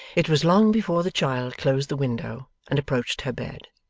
it was long before the child closed the window, and approached her bed.